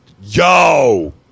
Yo